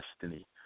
destiny